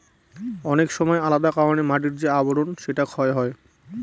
অনেক সময় আলাদা কারনে মাটির যে আবরন সেটা ক্ষয় হয়